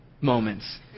moments